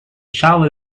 shovel